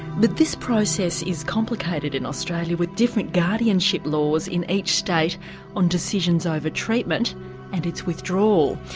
but this process is complicated in australia with different guardianship laws in each state on decisions over treatment and its withdrawal.